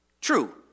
true